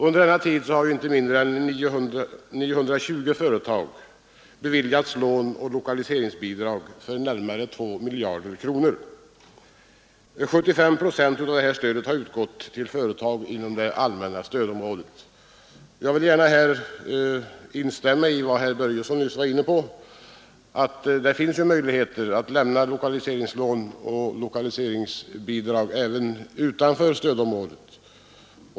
Under denna tid har inte mindre än 920 företag beviljats lån och lokaliseringsbidrag för närmare 2 miljarder kronor. 75 procent av detta stöd har utgått till företag inom det allmänna stödområdet. Jag vill gärna här instämma i vad herr Börjesson i Falköping nyss var inne på, nämligen att det finns möjligheter att lämna lokaliseringslån och lokaliseringsbidrag också utanför stödområdet.